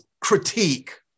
critique